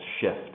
shift